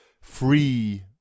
free